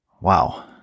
Wow